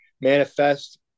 manifest